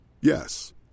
Yes